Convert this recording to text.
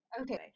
Okay